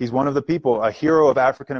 he's one of the people a hero of african